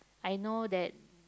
I know that